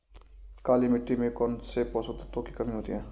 काली मिट्टी में कौनसे पोषक तत्वों की कमी होती है?